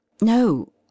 No